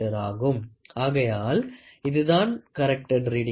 ஆகையால் இதுதான் corrected reading ஆகும்